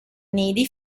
nidi